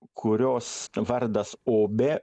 kurios vardas obė